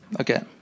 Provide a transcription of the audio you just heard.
Okay